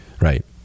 Right